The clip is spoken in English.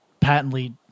Patently